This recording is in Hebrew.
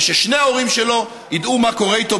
וששני ההורים שלו ידעו מה קורה איתו,